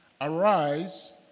Arise